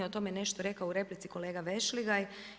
O tome je nešto rekao u replici kolega Vešligaj.